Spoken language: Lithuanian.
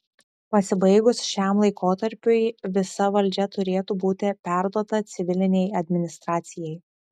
pasibaigus šiam laikotarpiui visa valdžia turėtų būti perduota civilinei administracijai